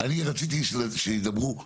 אני רציתי שידברו כולם.